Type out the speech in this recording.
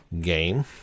game